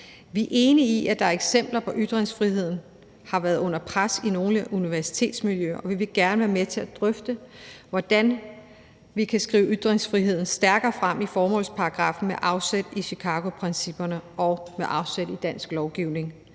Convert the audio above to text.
Vi er enige i, at der er eksempler på, at ytringsfriheden har været under pres i nogle universitetsmiljøer, og vi vil gerne være med til at drøfte, hvordan vi kan skrive ytringsfriheden stærkere frem i formålsparagraffen med afsæt i Chicagoprincipperne og med afsæt i dansk lovgivning